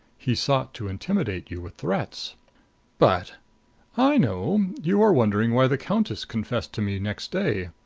he sought to intimidate you with threats but i know you are wondering why the countess confessed to me next day.